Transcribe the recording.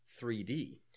3D